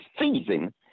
season